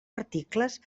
articles